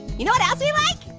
you know what else we like?